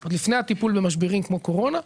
עוד לפני הטיפול במשברים כמו קורונה,